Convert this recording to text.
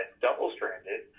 double-stranded